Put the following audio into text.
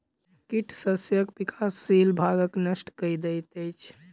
कीट शस्यक विकासशील भागक नष्ट कय दैत अछि